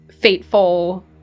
fateful